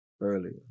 earlier